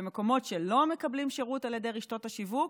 במקומות שבהם לא מקבלים שירות על ידי רשתות השיווק.